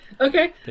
Okay